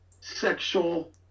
sexual